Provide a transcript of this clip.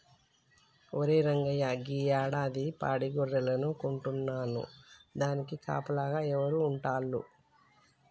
ఒరే రంగయ్య గీ యాడాది పాడి గొర్రెలను కొంటున్నాను దానికి కాపలాగా ఎవరు ఉంటాల్లు